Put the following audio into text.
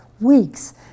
Weeks